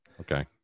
Okay